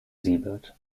siebert